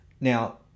Now